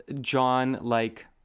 John-like